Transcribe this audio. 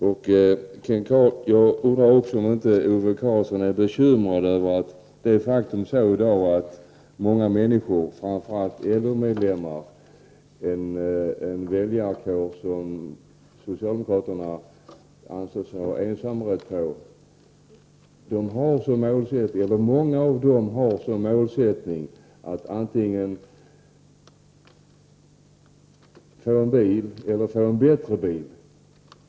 Jag undrar också om inte Ove Karlsson är bekymrad över det faktum att en hel del människor i dag, framför allt många av LO-medlemmarna — en väljarkår som socialdemokraterna anser sig ha ensamrätt på — i dag har som mål att antingen skaffa sig en bil eller att byta till en bättre.